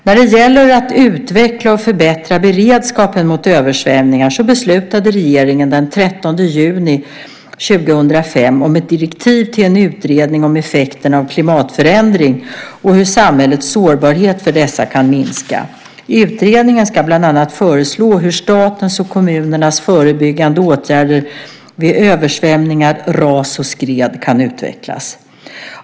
När det gäller att utveckla och förbättra beredskapen mot översvämningar beslutade regeringen den 30 juni 2005 om ett direktiv till en utredning om effekterna av klimatförändring och hur samhällets sårbarhet för dessa kan minska . Utredningen ska bland annat föreslå hur statens och kommunernas förebyggande åtgärder vid översvämningar, ras och skred kan utvecklas.